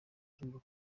nkumva